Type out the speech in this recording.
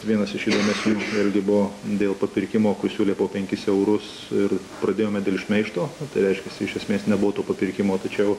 vienas iš meškuičių irgi buvo dėl papirkimo kai siūlė po penkis eurus ir pradėjome dėl šmeižto tai reiškiasi iš esmės nebuvo to papirkimo tačiau